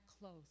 close